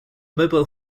mobile